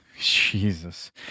Jesus